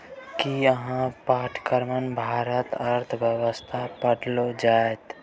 कि अहाँक पाठ्यक्रममे भारतक आर्थिक व्यवस्था पढ़ाओल जाएत?